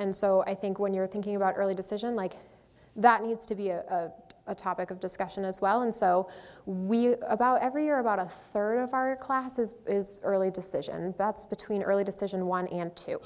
and so i think when you're thinking about early decision like that needs to be a topic of discussion as well and so we about every year about a third of our classes is early decision that's between early decision one and two